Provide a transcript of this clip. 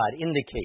indicate